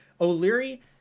O'Leary